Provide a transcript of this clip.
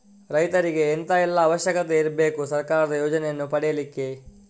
ರೈತರಿಗೆ ಎಂತ ಎಲ್ಲಾ ಅವಶ್ಯಕತೆ ಇರ್ಬೇಕು ಸರ್ಕಾರದ ಯೋಜನೆಯನ್ನು ಪಡೆಲಿಕ್ಕೆ?